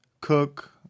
cook